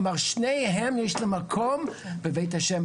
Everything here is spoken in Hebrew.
כלומר, שניהם, יש להם מקום בבית השם.